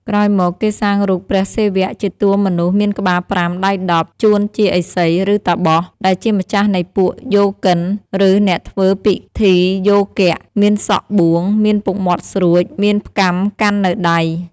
ក្រោយមក គេសាងរូបព្រះសិវៈ ជាតួមនុស្សមានក្បាល៥ ដៃ១០ ជួនជាឥសី ឬតាបស ដែលជាម្ចាស់នៃពួកយោគិន ឬអ្នកធ្វើពិធីយោគៈ មានសក់បួង មានពុកមាត់ស្រួច មានផ្គាំកាន់នៅដៃ។